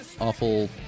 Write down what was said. awful